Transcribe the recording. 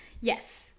yes